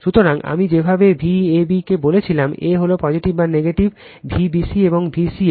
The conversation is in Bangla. সুতরাং আমি যেভাবে Vab কে বলেছিলাম a হল পজিটিভ বা নেগেটিভ Vbc এবং Vca